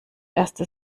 erste